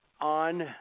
on